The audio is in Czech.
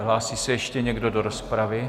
Hlásí se ještě někdo do rozpravy?